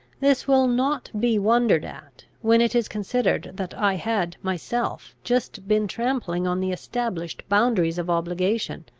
this will not be wondered at, when it is considered that i had myself just been trampling on the established boundaries of obligation,